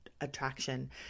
attraction